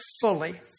fully